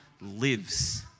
lives